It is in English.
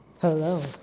Hello